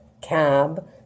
cab